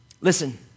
Listen